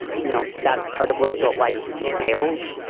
you know, that's part of what adult life entails.